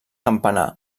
campanar